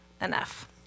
enough